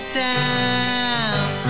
down